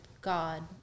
God